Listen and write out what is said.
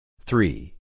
three